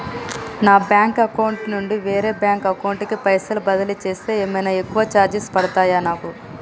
నా bank account నుండి వేరే బ్యాంక్ అకౌంట్ కి పైసల్ బదిలీ చేస్తే ఏమైనా ఎక్కువ చార్జెస్ పడ్తయా నాకు?